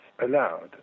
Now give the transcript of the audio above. allowed